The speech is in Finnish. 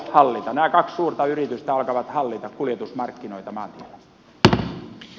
nämä kaksi suurta yritystä alkavat hallita kuljetusmarkkinoita maantiellä